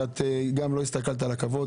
ואת גם לא הסתכלת על הכבוד,